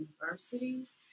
universities